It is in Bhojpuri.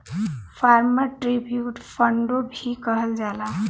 फार्मर ट्रिब्यूट फ़ंडो भी कहल जाला